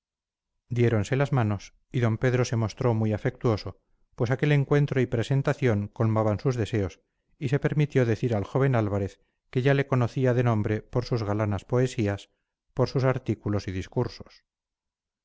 presentándole diéronse las manos y d pedro se mostró muy afectuoso pues aquel encuentro y presentación colmaban sus deseos y se permitió decir al joven álvarez que ya le conocía de nombre por sus galanas poesías por sus artículos y discursos